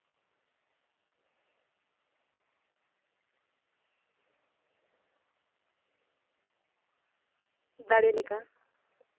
ᱫᱟᱲᱮ ᱞᱮᱠᱟ